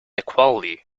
equality